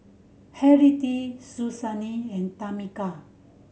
Henriette Suzanne and Tameka